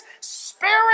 spirit